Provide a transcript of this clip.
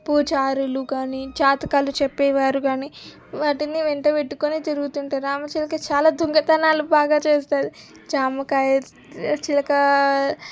పూజారులు కానీ జాతకాలు చెప్పేవారు కానీ వాటిని వెంటబెట్టుకొని తిరుగుతుంటారు రామచిలక చాలా దొంగతనాలు బాగా చేస్తుంది జామకాయ చిలకా